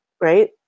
right